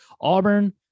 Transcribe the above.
Auburn